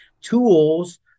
tools